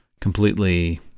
completely